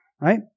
right